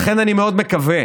לכן, אני מאוד מקווה